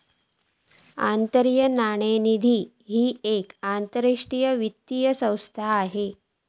आंतरराष्ट्रीय नाणेनिधी ही येक आंतरराष्ट्रीय वित्तीय संस्था असा